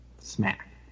Smack